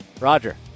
Roger